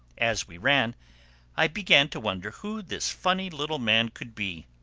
as we ran i began to wonder who this funny little man could be,